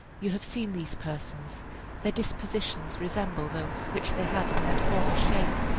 you have seen these persons their dispositions resemble those which they had in their former shape.